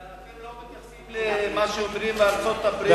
ואתם לא מתייחסים למה שאומרים בארצות-הברית,